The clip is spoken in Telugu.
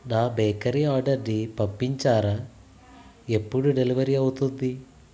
నా బేకరీ ఆర్డర్ని పంపించారా ఎప్పుడు డెలివరీ అవుతుంది